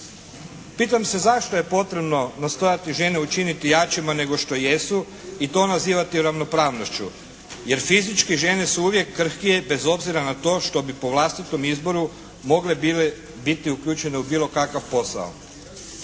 Pitam se zašto je potrebno nastojati žene učiniti jačima nego što jesu i to nazivati ravnopravnošću? Jer fizički žene su uvijek krhkije bez obzira na to što bi po vlastitom izboru mogle biti uključene u bilo kakav posao.